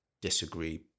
disagree